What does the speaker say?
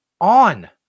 on